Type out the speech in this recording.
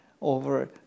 over